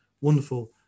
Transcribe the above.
wonderful